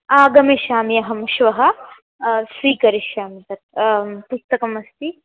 आगमिष्यामि अहं श्वः स्वीकरिष्यामि तत् पुस्तकम् अस्ति